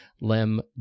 Lem